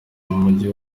mujyi